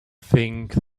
think